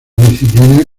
disciplinas